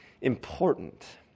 important